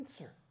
answer